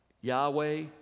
Yahweh